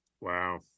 Wow